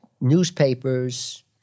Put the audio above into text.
newspapers